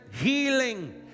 healing